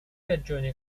ragioni